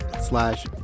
slash